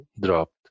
dropped